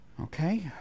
Okay